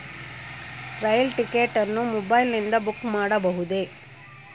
ರೈಲು ticket ಅನ್ನು ಮೊಬೈಲಿಂದ book ಮಾಡಬಹುದೆ?